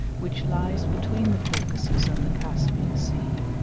which lies between the caucasus and the caspian sea,